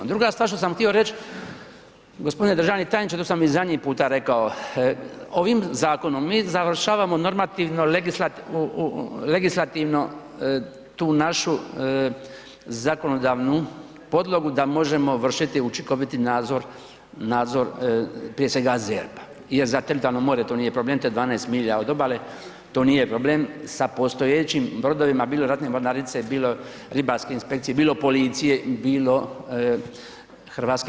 Druga stvar što sam htio reć g. državni tajniče, to sam i zadnji put rekao, ovim zakonom mi završavamo normativno legislativno tu našu zakonodavnu podlogu da možemo vršiti učinkoviti nadzor prije svega ZERP-a jer za teritorijalno more to nije problem, to je 12 milija od obale, to nije problem, sa postojećim brodovima bilo ratne mornarice, bilo ribarske inspekcije, bilo policije, bilo HRM-a.